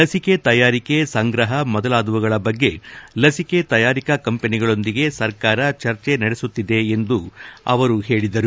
ಲಸಿಕೆ ತಯಾರಿಕೆ ಸಂಗ್ರಹ ಮೊದಲಾದವುಗಳ ಬಗ್ಗೆ ಲಸಿಕಾ ತಯಾರಿಕಾ ಕಂಪೆನಿಗಳೊಂದಿಗೆ ಸರ್ಕಾರ ಚರ್ಚೆ ನಡೆಸುತ್ತಿದೆ ಎಂದು ಸಹ ಅವರು ತಿಳಿಸಿದರು